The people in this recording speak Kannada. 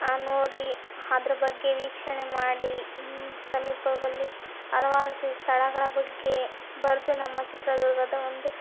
ನೋಡಿ ಅದರ ಬಗ್ಗೆ ವೀಕ್ಷಣೆ ಮಾಡಿ ಸಮೀಪದಲ್ಲಿ ಹಲವಾರು ತಿ ಸ್ಥಳಗಳ ಬಗ್ಗೆ ಬರೆದು ನಮ್ಮ ಚಿತ್ರದುರ್ಗದ ಒಂದು